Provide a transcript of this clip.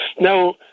Now